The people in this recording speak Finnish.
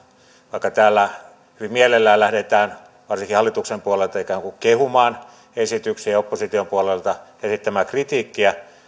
vaikka täällä hyvin mielellään lähdetään varsinkin hallituksen puolelta ikään kuin kehumaan esityksiä ja opposition puolelta esittämään kritiikkiä